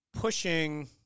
pushing